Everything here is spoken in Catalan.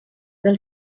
del